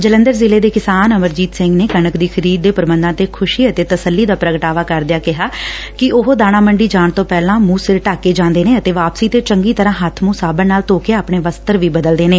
ਜਲੰਧਰ ਜ਼ਿਲ੍ਹੇ ਦੇ ਕਿਸਾਨ ਅਮਰਜੀਤ ਸਿੰਘ ਨੇ ਕਣਕ ਦੀ ਖਰੀਦ ਦੇ ਪ੍ਰਬੰਧਾ ਤੇ ਖੁਸ਼ੀ ਅਤੇ ਤਸੱਲੀ ਦਾ ਪ੍ਰਗਟਾਵਾ ਕਰਦਿਆਂ ਕਿਹਾ ਕਿ ਉਹ ਦਾਣਾ ਮੰਡੀ ਜਾਣ ਤੋ ਪਹਿਲਾਂ ਮ੍ਰੰਹ ਸਿਰ ਢੱਕ ਕੇ ਜਾਂਦੇ ਨੇ ਅਤੇ ਵਾਪਸੀ ਤੇ ਚੰਗੀ ਤਰ੍ਰਾਂ ਹੱਬ ਮ੍ਰੰਹ ਸਾਬਣ ਨਾਲ ਧੋ ਕੇ ਆਪਣੇ ਵਸਤਰ ਵੀ ਬਦਲਦੇ ਨੇ